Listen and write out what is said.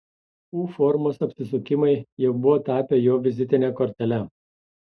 u formos apsisukimai jau buvo tapę jo vizitine kortele